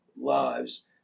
lives